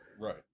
Right